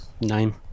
name